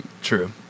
True